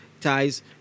ties